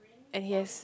and he has